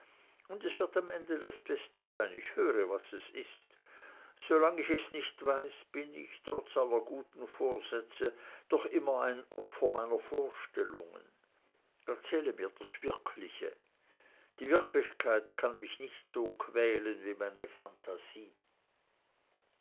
und es wird am ende das beste sein ich höre was es ist solange ich es nicht weiß bin ich trotz aller guten vorsätze noch immer ein opfer meiner vorstellungen erzähle mir das wirkliche die wirklichkeit kann mich nicht so quälen wie meine phantasie